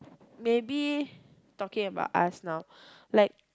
maybe talking about us now like